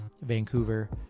Vancouver